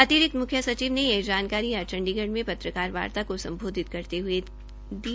अतिरिक्त म्ख्य सचिव ने यह जानकारी आज चंडीगढ़ में पत्रकारवार्ता को संबोधित करते हुए दी